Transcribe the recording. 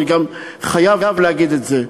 אני גם חייב להגיד את זה,